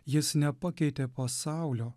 jis nepakeitė pasaulio